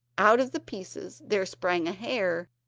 out of the pieces there sprang a hare,